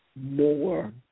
more